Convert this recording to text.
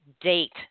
date